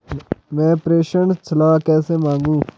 मैं प्रेषण सलाह कैसे मांगूं?